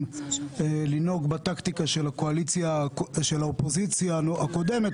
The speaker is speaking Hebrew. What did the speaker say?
לנהוג בטקטיקה של האופוזיציה הקודמת,